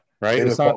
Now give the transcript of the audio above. right